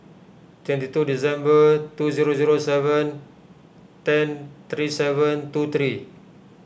twenty two December two zero zero seven ten three seven two three